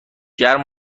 گرم